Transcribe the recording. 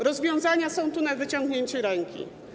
Rozwiązania są tu na wyciągnięcie ręki.